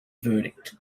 verdict